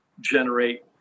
generate